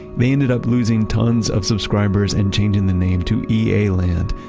they ended up losing tons of subscribers and changing the name to ea-land,